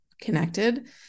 connected